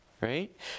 right